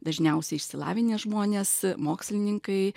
dažniausiai išsilavinę žmonės mokslininkai